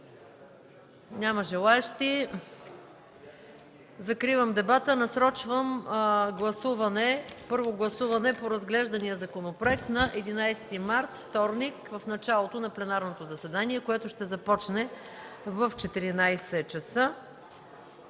Няма. Закривам дебата и насрочвам първо гласуване по разглеждания законопроект на 11 март, вторник, в началото на пленарното заседание, което ще започне в 14,00 ч.